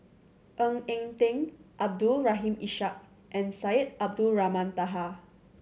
Ng Eng Teng Abdul Rahim Ishak and Syed Abdulrahman Taha